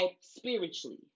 spiritually